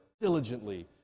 diligently